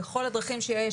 בכל הדרכים שיש,